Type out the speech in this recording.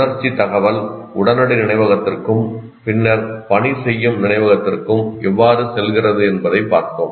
உணர்ச்சி தகவல் உடனடி நினைவகத்திற்கும் பின்னர் பணி செய்யும் நினைவகத்திற்கும் எவ்வாறு செல்கிறது என்பதைப் பார்த்தோம்